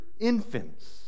infants